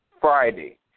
Friday